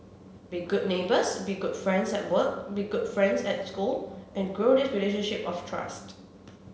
be good neighbours be good friends at work be good friends at school and grow this relationship of trust